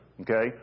Okay